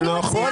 חנוך.